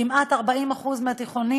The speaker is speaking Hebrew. שכמעט ל-40% מהתיכונים